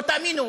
לא תאמינו,